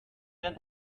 den